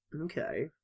Okay